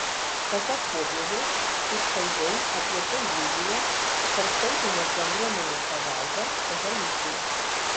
pasak popiežiaus iškalbiai apie tai liudija tarptautinės bendruomenės pagalba haičiui